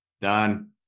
Done